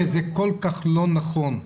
שזה כל כך לא נכון.